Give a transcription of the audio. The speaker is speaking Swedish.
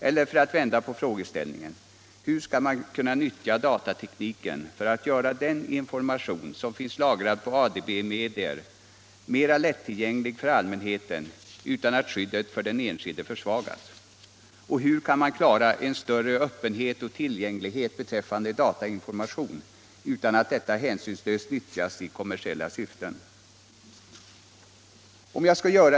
Eller för att vända på frågeställningen: Hur skall man kunna utnyttja datatekniken för att göra den information som finns lagrad på ADB-medier mera lättillgänglig för allmänheten utan att skyddet för den enskilde försvagas? Och hur kan man klara en större öppenhet och lättillgänglighet beträffande datainformation utan att detta hänsynslöst nyttjas i kommersiella syften?